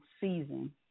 season